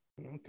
okay